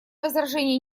возражений